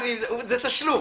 זה תשלום.